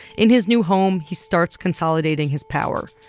in his new home, he starts consolidating his power.